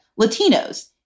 Latinos